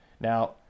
Now